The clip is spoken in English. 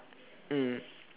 mm